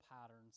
patterns